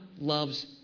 loves